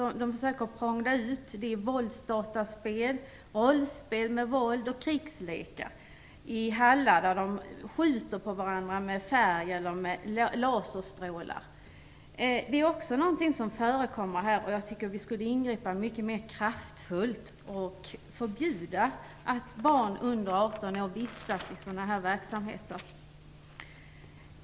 Man försöker prångla ut våldsdataspel och anordnar krigslekar i hallar där man skjuter på varandra med färg eller med laserstrålar. Jag tycker att vi skulle ingripa mycket mer kraftfullt och förbjuda att barn under 18 år vistas i sådana här verksamheter.